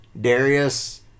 Darius